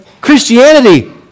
Christianity